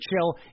chill